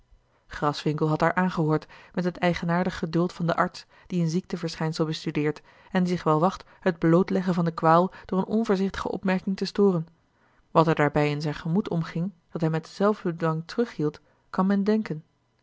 graswinckel had haar aangehoord met het eigenaardig geduld van den arts die een ziekteverschijnsel bestudeert en die zich wel wacht het blootleggen van de kwaal door eene onvoorzichtige opmerking te storen wat er daarbij in zijn gemoed omging dat hij met zelfbedwang terughield kan men denken